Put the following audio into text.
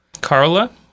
Carla